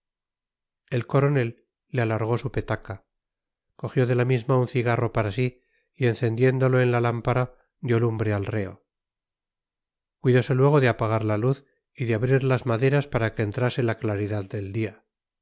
el coronel le alargó su petaca cogió de la misma un cigarro para sí y encendiéndolo en la lámpara dio lumbre al reo cuidose luego de apagar la luz y de abrir las maderas para que entrase la claridad del día